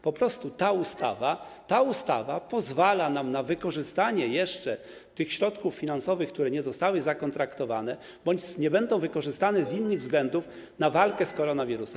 Po prostu ta ustawa pozwala nam na wykorzystanie jeszcze tych środków finansowych, które nie zostały zakontraktowane lub nie będą wykorzystane z innych względów, na walkę z koronawirusem.